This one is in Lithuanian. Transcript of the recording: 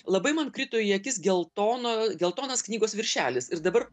labai man krito į akis geltono geltonas knygos viršelis ir dabar